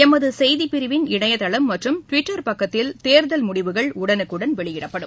எமது செய்தி பிரிவின் இணையதளம் மற்றும் டிவிட்டர் பக்கத்தில் தேர்தல் முடிவுகள் உடனுக்குடன் வெளியிடப்படும்